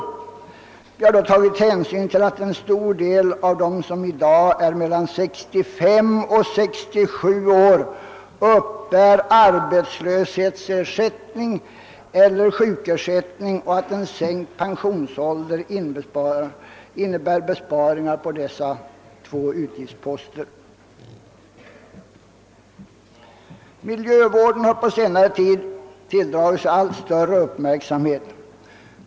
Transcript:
Vi har då tagit hänsyn till att en stor del av dem som i dag är mellan 65 och 67 år uppbär arbetslöshetsersättning eller sjukersättning och att en sänkning av pensionsåldern innebär besparingar på dessa två utgiftsposter. Miljövården har på senare tid tilldragit sig allt större uppmärksamhet.